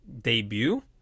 debut